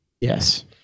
Yes